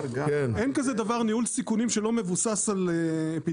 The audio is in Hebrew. אין כזה דבר ניהול סיכונים שלא מבוסס על אפידמיולוגיה.